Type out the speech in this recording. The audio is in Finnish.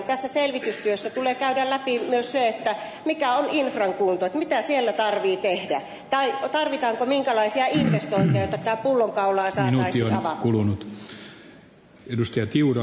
tässä selvitystyössä tulee käydä läpi myös se mikä on infran kunto mitä siellä tarvitsee tehdä tai tarvitaanko minkälaisia investointeja jotta tätä pullonkaulaa saataisiin avattua